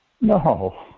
No